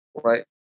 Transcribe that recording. Right